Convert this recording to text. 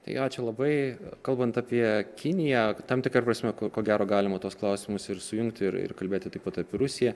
tai ačiū labai kalbant apie kiniją tam tikra prasme ko gero galima tuos klausimus ir sujungti ir ir kalbėti taip pat apie rusiją